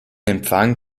empfang